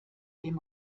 dem